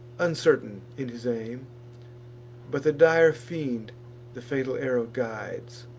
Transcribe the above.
uncertain in his aim but the dire fiend the fatal arrow guides,